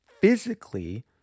physically